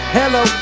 hello